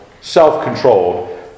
self-controlled